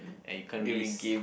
and you can't release it